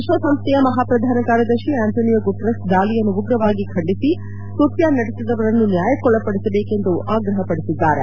ವಿಶ್ವಸಂಸ್ಥೆಯ ಮಹಾ ಪ್ರಧಾನ ಕಾರ್ಯದರ್ಶಿ ಅಂಟೋನಿಯೋ ಗುಟರೆಸ್ ದಾಳಿಯನ್ನು ಉಗ್ರವಾಗಿ ಖಂಡಿಸಿ ಕೃತ್ಯ ನಡೆಸಿದವರನ್ನು ನ್ಯಾಯಕ್ಕೊಳಪಡಿಸಬೇಕು ಎಂದು ಆಗ್ರಹಪಡಿಸಿದ್ದಾರೆ